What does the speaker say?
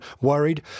worried